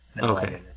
Okay